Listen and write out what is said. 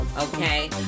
okay